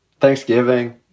Thanksgiving